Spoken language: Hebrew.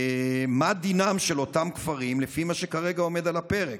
מה דינם של אותם כפרים לפי מה שכרגע עומד על הפרק?